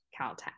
Caltech